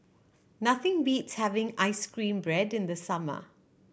nothing beats having ice cream bread in the summer